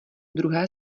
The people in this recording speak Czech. druhé